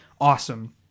awesome